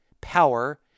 power